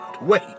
Wait